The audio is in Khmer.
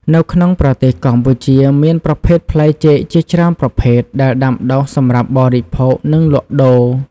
នៅក្នុងប្រទេសកម្ពុជាមានប្រភេទផ្លែចេកជាច្រើនប្រភេទដែលដាំដុះសម្រាប់បរិភោគ និងលក់ដូរ។